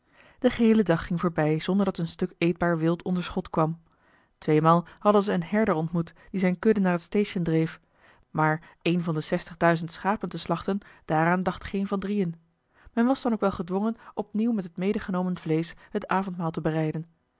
de geheele dag ging voorbij zonder dat een stuk eetbaar wild onder schot kwam tweemaal hadden ze een herder ontmoet die zijne kudde naar het station dreef maar een van de zestig duizend schapen te slachten daaraan dacht geen van drieën men was dan ook wel gedwongen op nieuw met het medegenomen vleesch het avondmaal te bereiden